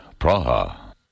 Praha